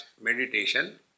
meditation